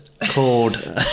called